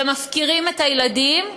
ומפקירים את הילדים,